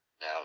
Now